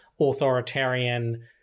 authoritarian